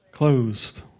closed